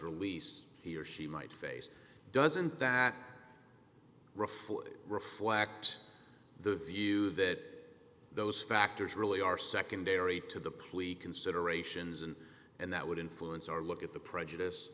release he or she might face doesn't that reform reflect the view that those factors really are secondary to the plea considerations and and that would influence our look at the prejudice